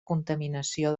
contaminació